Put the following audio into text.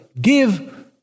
give